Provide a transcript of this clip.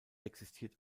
existiert